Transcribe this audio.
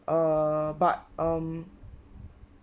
err but um